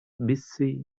busy